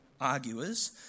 arguers